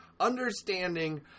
Understanding